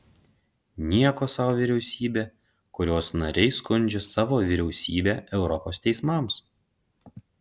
nieko sau vyriausybė kurios nariai skundžia savo vyriausybę europos teismams